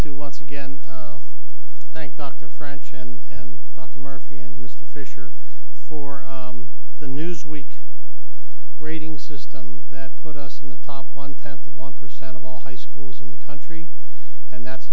to once again thank dr french and dr murphy and mr fisher for the newsweek grading system that put us in the top one tenth of one percent of all high schools in the country and that's